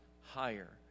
higher